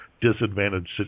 disadvantaged